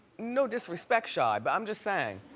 no disrespect, chi, but i'm just saying.